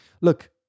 Look